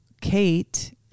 Kate